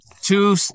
two